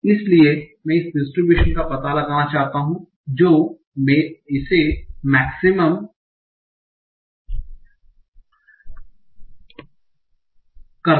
इसलिए मैं इस डिस्ट्रिब्यूशन का पता लगाना चाहता हूं जो इसे अधिकतम करता है